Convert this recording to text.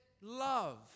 love